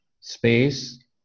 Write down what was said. space